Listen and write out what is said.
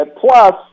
plus